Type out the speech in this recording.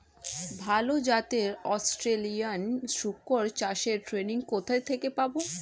ভালো জাতে অস্ট্রেলিয়ান শুকর চাষের ট্রেনিং কোথা থেকে পাব?